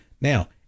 Now